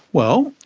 well,